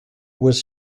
was